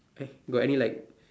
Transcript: eh got any like